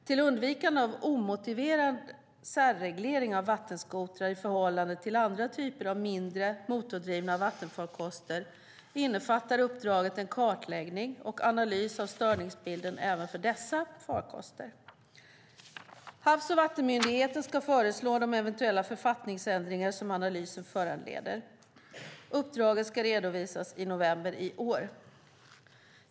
Till undvikande av omotiverad särreglering av vattenskotrar i förhållande till andra typer av mindre motordrivna vattenfarkoster innefattar uppdraget en kartläggning och analys av störningsbilden även för dessa farkoster. Havs och vattenmyndigheten ska föreslå de eventuella författningsändringar som analysen föranleder. Uppdraget ska redovisas i november i år.